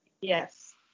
Yes